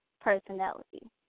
personality